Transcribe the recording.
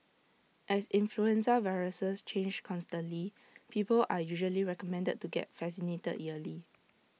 as influenza viruses change constantly people are usually recommended to get vaccinated yearly